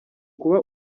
kuba